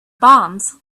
bombs